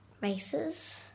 races